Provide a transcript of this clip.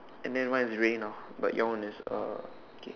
and then one is rain ah but your one is uh okay